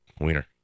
wiener